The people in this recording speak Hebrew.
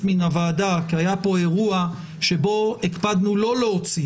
מן הוועדה כי היה כאן אירוע שבו הקפדנו לא להוציא,